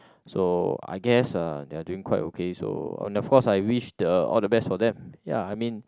so I guess uh they are doing quite okay so on the force I wish the all the best for them ya I mean